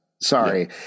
Sorry